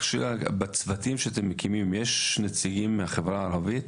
בצוותים ש אתם מקימים יש נציגים מהחברה הערבית?